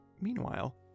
Meanwhile